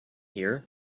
here